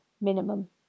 minimum